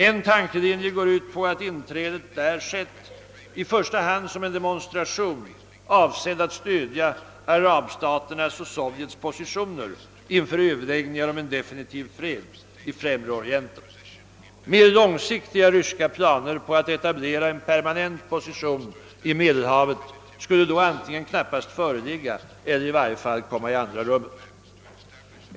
En tankelinje går ut på att inträdet där skett i första hand som en demonstration avsedd att stödja arabstaternas och Sovjets positioner inför överläggningar om en definitiv fred i Främre Orienten. Mera långsiktiga ryska planer på att etablera en permanent position i Medelhavet skulle då antingen knappast föreligga eller i varje fall komma i andra rummet.